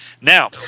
Now